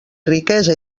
riquesa